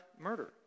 murder